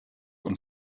und